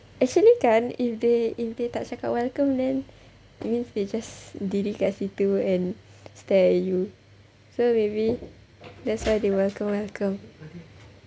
actually kan if they if they tak cakap welcome then that means they just diri kat situ and stare at you so maybe that's why they welcome welcome